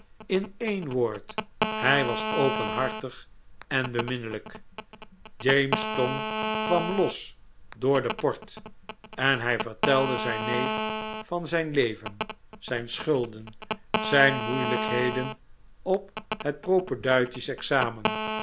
in een woord hij was openhartig en beminnelijk james tong kwam los door den port en hij vertelde zijn neef van zijn leven zijn schulden zijn moeilijkheden op het propaedeutisch examen